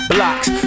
Blocks